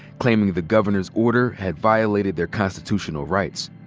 claiming the governor's order had violated their constitutional rights.